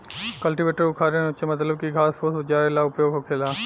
cultivator उखारे नोचे मतलब की घास फूस उजारे ला उपयोग होखेला